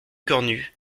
cornu